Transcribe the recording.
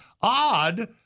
Odd